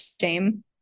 shame